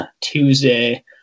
Tuesday